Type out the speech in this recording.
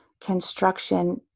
construction